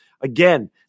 Again